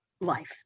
life